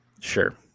Sure